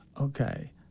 Okay